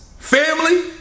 Family